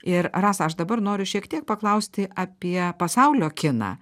ir rasa aš dabar noriu šiek tiek paklausti apie pasaulio kiną